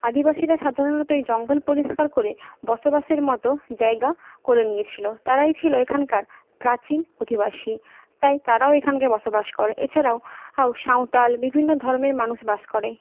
আদিবাসীরা সাধারণত এই জঙ্গল পরিষ্কার করে বসবাসের মতো জায়গা করে নিয়েছিল তারাই ছিল এখানকার প্রাচীন অধিবাসী তাই তারাও এখানকে বসবাস করে এছাড়াও সাঁওতাল বিভিন্ন ধর্মের মানুষ বাস করে